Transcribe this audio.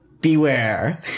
beware